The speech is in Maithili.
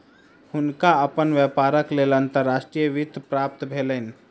हुनका अपन व्यापारक लेल अंतर्राष्ट्रीय वित्त प्राप्त भेलैन